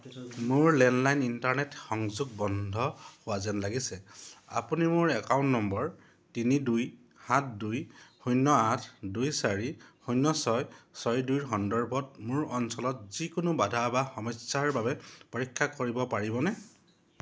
মোৰ landline internet সংযোগ বন্ধ হোৱা যেন লাগিছে আপুনি মোৰ একাউণ্ট নম্বৰ তিনি দুই সাত দুই শূন্য আঠ দুই চাৰি শূন্য ছয় ছয় দুইৰ সন্দৰ্ভত মোৰ অঞ্চলত যিকোনো বাধা বা সমস্যাৰ বাবে পৰীক্ষা কৰিব পাৰিবনে